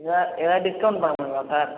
எதா எதா டிஸ்கௌண்ட் பண்ண முடியுமா சார்